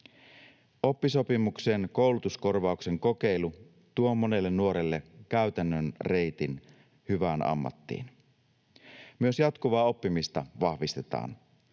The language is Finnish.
Oppisopimuksen koulutuskorvauksen kokeilu tuo monelle nuorelle käytännön reitin hyvään ammattiin. Myös jatkuvaa oppimista vahvistetaan.